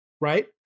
right